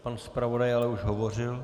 Pan zpravodaj ale už hovořil.